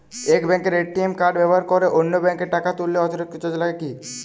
এক ব্যাঙ্কের ATM card ব্যবহার করে অন্য ব্যঙ্কে টাকা তুললে অতিরিক্ত চার্জ লাগে কি?